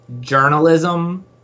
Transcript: journalism